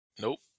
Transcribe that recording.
Nope